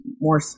more